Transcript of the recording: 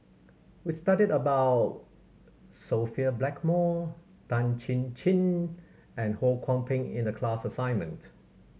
we studied about Sophia Blackmore Tan Chin Chin and Ho Kwon Ping in the class assignment